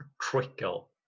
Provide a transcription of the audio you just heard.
trickle